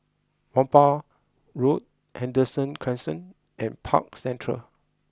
Whampoa Road Henderson Crescent and Park Central